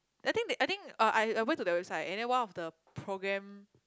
I think that I think uh I I went to their website and then one of the programme